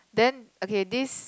then okay this